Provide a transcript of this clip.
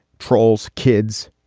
trolls, kids,